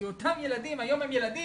כי אותם ילדים היום הם ילדים,